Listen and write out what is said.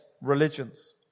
religions